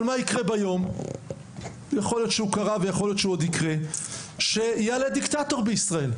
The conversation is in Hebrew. אבל מה יקרה ביום שבו יעלה דיקטטור לשלטון בישראל.